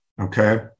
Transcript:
okay